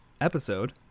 episode